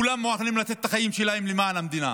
כולם מוכנים לתת את החיים שלהם למען המדינה.